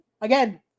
again